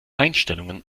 einstellungen